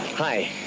Hi